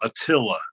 attila